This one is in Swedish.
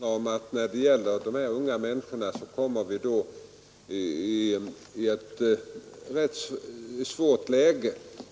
Herr talman! När det gäller dessa unga människor kommer vi i ett rätt svårt läge.